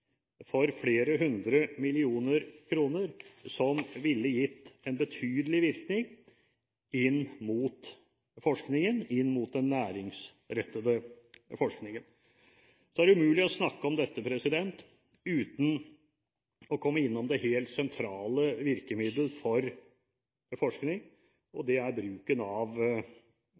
for flere hundre millioner kroner som ville gitt en betydelig virkning inn mot forskningen – inn mot den næringsrettede forskningen. Det er umulig å snakke om dette uten å komme innom det helt sentrale virkemiddel for forskning, og det er bruken av